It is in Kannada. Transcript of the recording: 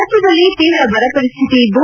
ರಾಜ್ಞದಲ್ಲಿ ತೀವ್ರ ಬರ ಪರಿಸ್ವಿತಿ ಇದ್ದು